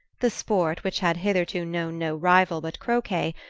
the sport, which had hitherto known no rival but croquet,